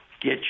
get